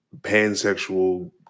pansexual